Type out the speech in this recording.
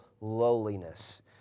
Lowliness